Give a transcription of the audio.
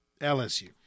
LSU